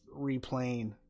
replaying